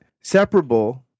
separable